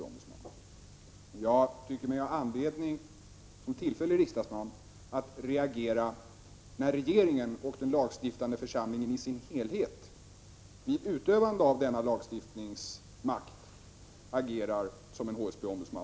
Jag tycker mig ha anledning, som tillfällig riksdagsman, att reagera när regeringen och den lagstiftande församlingen i sin helhet vid utövandet av lagstiftningsmakten agerar som en HSB-ombudsman.